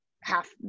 half